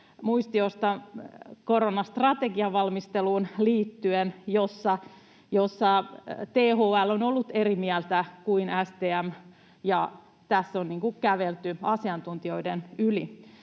muistiosta koronastrategian valmisteluun liittyen, jossa THL on ollut eri mieltä kuin STM, ja tässä on kävelty asiantuntijoiden yli.